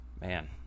man